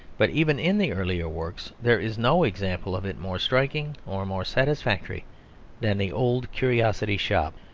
but even in the earlier works there is no example of it more striking or more satisfactory than the old curiosity shop.